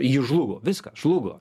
ji žlugo viskas žlugo